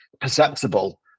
perceptible